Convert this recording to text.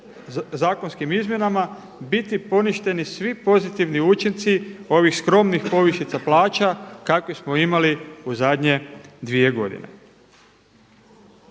zakonskim izmjenama biti poništeni svi pozitivni učinci ovih skromnih povišica plaća kakve smo imali u zadnje 2 godine.